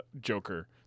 Joker